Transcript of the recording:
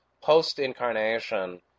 post-incarnation